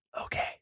Okay